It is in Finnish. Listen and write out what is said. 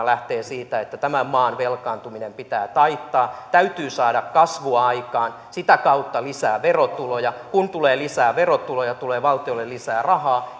lähtee siitä että tämän maan velkaantuminen pitää taittaa täytyy saada kasvua aikaan sitä kautta lisää verotuloja ja kun tulee lisää verotuloja tulee valtiolle lisää rahaa